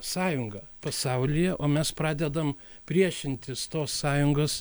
sąjungą pasaulyje o mes pradedam priešintis tos sąjungos